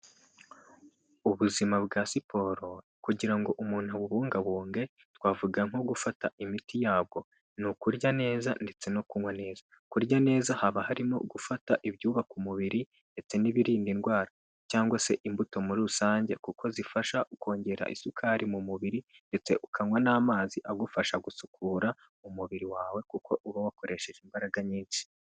Ubuzima bwa siporo, kugira ngo umuntu abubungabunge, twavuga nko gufata imiti yabwo, ni ukurya neza ndetse no kunywa neza. Kurya neza haba harimo gufata ibyubaka umubiri ndetse n'ibirinda indwara, cyangwa se imbuto muri rusange kuko zifasha kongera isukari mu mubiri ndetse ukanywa n'amazi agufasha gusukura umubiri wawe kuko uba wakoresheje imbaraga nyinshi.